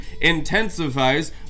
intensifies